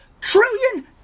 Trillion